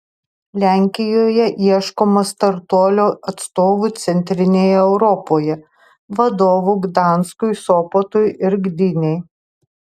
lenkijoje ieškoma startuolio atstovų centrinėje europoje vadovų gdanskui sopotui ir gdynei